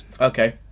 Okay